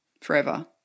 forever